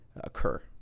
occur